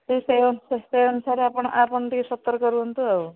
ଠିକ ସେଇ ଅନୁସାରେ ଆପଣ ଟିକେ ସତର୍କ ରୁହନ୍ତୁ ଆଉ